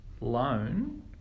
loan